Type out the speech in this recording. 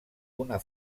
una